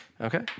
Okay